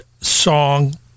Song